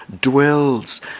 dwells